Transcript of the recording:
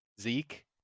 zeke